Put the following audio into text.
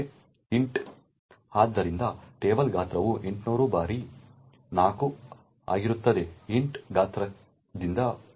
int ಆದ್ದರಿಂದ table ಗಾತ್ರವು 800 ಬಾರಿ 4 ಆಗಿರುತ್ತದೆ ಇಂಟ್ ಗಾತ್ರದಿಂದ ಭಾಗಿಸಿ